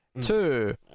two